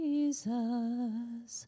Jesus